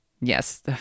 yes